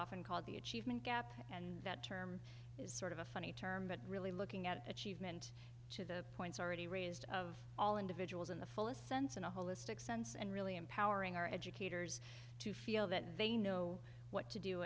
often called the achievement gap and that term is sort of a funny term but really looking at achievement to the points already raised of all individuals in the fullest sense in a holistic sense and really empowering our educators to feel that they know what to do